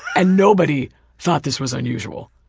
and nobody thought this was unusual.